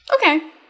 Okay